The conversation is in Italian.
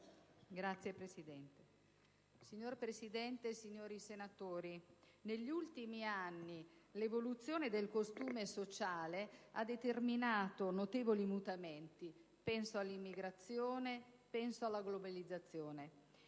la giustizia*. Signora Presidente, signori senatori, negli ultimi anni l'evoluzione del costume sociale ha determinato notevoli mutamenti: penso all'immigrazione e alla globalizzazione.